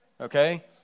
Okay